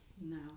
No